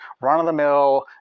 run-of-the-mill